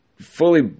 fully